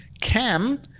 Cam